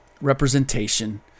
representation